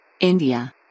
India